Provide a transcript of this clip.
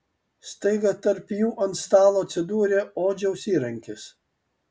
staiga tarp jų ant stalo atsidūrė odžiaus įrankis